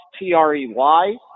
T-R-E-Y